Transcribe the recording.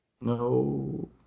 No